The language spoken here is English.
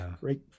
great